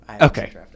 Okay